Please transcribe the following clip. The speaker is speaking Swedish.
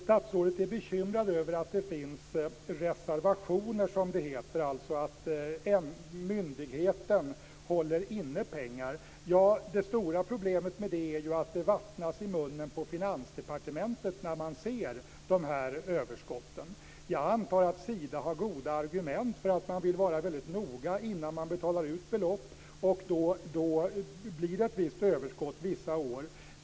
Statsrådet är bekymrad över att det finns "reservationer", dvs. att myndigheten håller inne pengar. Det stora problemet är att det vattnas i munnen på Finansdepartementet när man ser överskotten. Jag antar att Sida har goda argument för att man vill vara noga innan belopp betalas ut. Då blir det vissa år ett visst överskott.